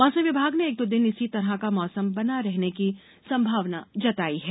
मौसम विभाग ने एक दो दिन इसी तरह का मौसम बने रहने की संभावना जताई है